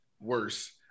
worse